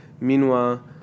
Meanwhile